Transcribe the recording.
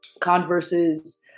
converses